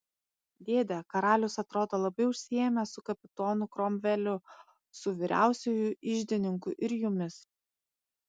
dėde karalius atrodo labai užsiėmęs su kapitonu kromveliu su vyriausiuoju iždininku ir jumis